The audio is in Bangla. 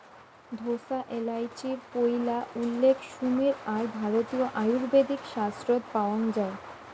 ঢোসা এ্যালাচির পৈলা উল্লেখ সুমের আর ভারতীয় আয়ুর্বেদিক শাস্ত্রত পাওয়াং যাই